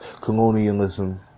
colonialism